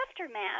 aftermath